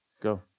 Go